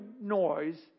noise